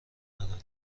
ندارم